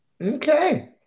Okay